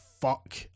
fuck